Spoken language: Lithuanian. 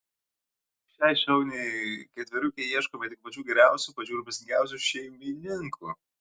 šiai šauniai ketveriukei ieškome tik pačių geriausių pačių rūpestingiausių šeimininkų